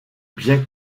bien